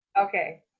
Okay